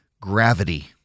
gravity